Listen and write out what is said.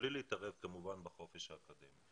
ומבלי להתערב כמובן בחופש האקדמי,